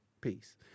peace